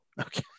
Okay